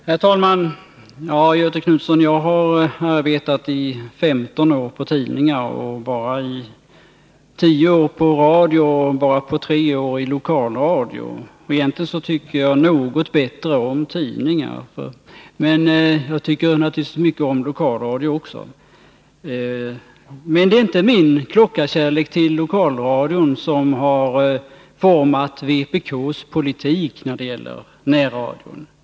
Herr talman! Ja, Göthe Knutson, jag har arbetat 15 år på tidningar, 10 på Närradioverksamradion men bara 3 år på lokalradion. Egentligen tycker jag något bättre om het tidningar. Men jag tycker naturligtvis också om lokalradion. Det är inte min klockarkärlek till lokalradion som har format vpk:s politik när det gäller närradion.